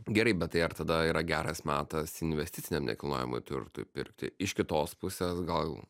gerai bet tai ar tada yra geras metas investiciniam nekilnojamui turtui pirkti iš kitos pusės gal